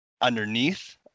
underneath